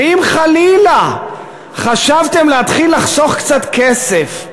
ואם חלילה חשבתם להתחיל לחסוך קצת כסף,